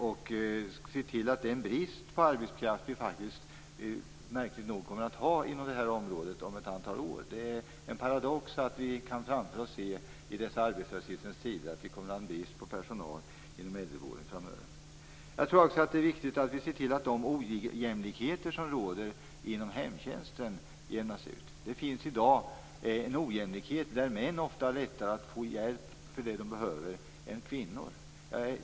Vi bör se till att åtgärda den brist på arbetskraft som vi märkligt nog kommer att ha på detta område inom ett antal år. Det är en paradox att vi i dessa arbetslöshetens tider kan se att det kommer att vara brist på personal inom äldrevården framöver. Det är också viktigt att se till att de ojämlikheter som råder inom hemtjänsten jämnas ut. Det finns i dag en ojämlikhet genom att män ofta har lättare än kvinnor att få den hjälp som de behöver.